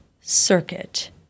Circuit